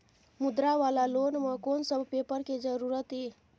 मुद्रा वाला लोन म कोन सब पेपर के जरूरत इ?